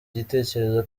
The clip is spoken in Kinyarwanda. igitekerezo